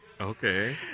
Okay